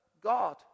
God